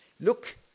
Look